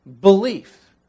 belief